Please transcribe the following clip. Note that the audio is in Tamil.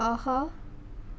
ஆஹா